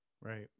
right